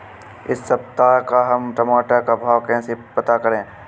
इस सप्ताह का हम टमाटर का भाव कैसे पता करें?